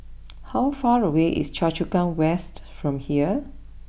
how far away is Choa Chu Kang West from here